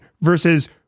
versus